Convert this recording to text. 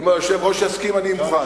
אם היושב-ראש יסכים, אני מוכן.